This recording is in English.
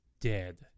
dead